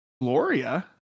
Gloria